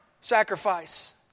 sacrifice